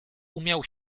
umiał